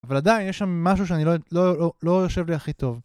אבל עדיין יש שם משהו שלא יושב לי הכי טוב